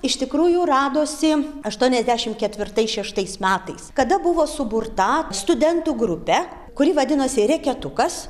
iš tikrųjų radosi aštuoniasdešim ketvirtais šeštais metais kada buvo suburta studentų grupe kuri vadinosi reketukas